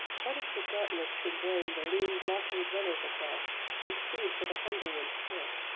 what if the darkness should bring the lean blockade-runners across with food for the hungry and spent.